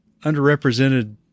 underrepresented